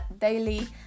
daily